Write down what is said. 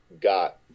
got